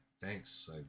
thanks